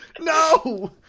No